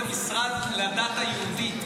זה המשרד לדת היהודית,